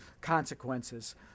consequences